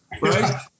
Right